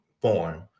form